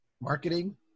marketing